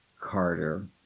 Carter